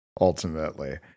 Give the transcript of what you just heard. Ultimately